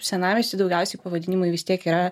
senamiesty daugiausiai pavadinimai vis tiek yra